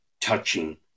touching